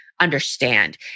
understand